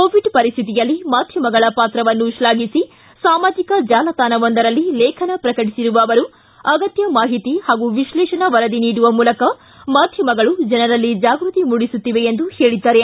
Covid ಪರಿಸ್ಥಿತಿಯಲ್ಲಿ ಮಾಧ್ಯಮಗಳ ಪಾತ್ರವನ್ನು ಶ್ಲಾಘಿಸಿ ಸಾಮಾಜಿಕ ಜಾಲತಾಣವೊಂದರಲ್ಲಿ ಲೇಖನ ಪ್ರಕಟಿಸಿರುವ ಅವರು ಅಗತ್ಯ ಮಾಹಿತಿ ಹಾಗೂ ವಿಶ್ಲೇಷಣಾ ವರದಿ ನೀಡುವ ಮೂಲಕ ಮಾಧ್ಯಮಗಳು ಜನರಲ್ಲಿ ಜಾಗೃತಿ ಮೂಡಿಸುತ್ತಿವೆ ಎಂದು ಹೇಳಿದ್ದಾರೆ